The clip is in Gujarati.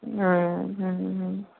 હમ્મ હમ્મ હમ્મ